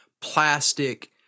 plastic